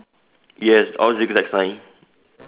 yes all zig-zag sign